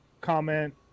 Comment